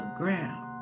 ground